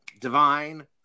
divine